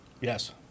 Yes